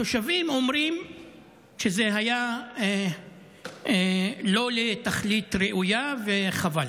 התושבים אומרים שזה היה לא לתכלית ראויה, וחבל.